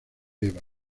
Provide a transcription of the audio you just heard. eva